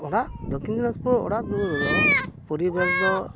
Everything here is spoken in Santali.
ᱚᱲᱟᱜ ᱫᱚᱠᱠᱷᱤᱱ ᱫᱤᱱᱟᱡᱽᱯᱩᱨ ᱚᱲᱟᱜ ᱫᱩᱣᱟᱹᱨ ᱫᱚ ᱯᱚᱨᱤᱵᱮᱥ ᱫᱚ